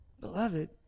Beloved